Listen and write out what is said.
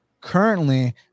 Currently